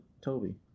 Toby